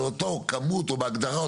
באותה כמות או בהגדרה,